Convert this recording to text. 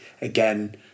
again